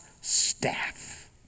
staff